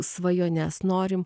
svajones norim